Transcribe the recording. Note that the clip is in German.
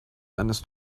eines